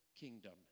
Kingdom